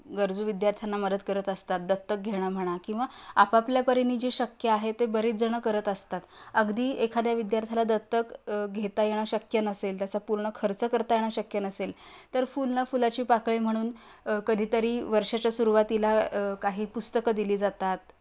गरजू विद्यार्थ्यांना मदत करत असतात दत्तक घेणं म्हणा किंवा आपापल्यापरीने जे शक्य आहे ते बरेचजणं करत असतात अगदी एखाद्या विद्यार्थ्याला दत्तक घेता येणं शक्य नसेल त्याचा पूर्ण खर्च करता येणं शक्य नसेल तर फुल न फुलाची पाकळी म्हणून कधीतरी वर्षाच्या सुरुवातीला काही पुस्तकं दिली जातात